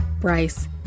Bryce